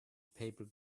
paper